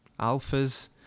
Alphas